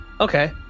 okay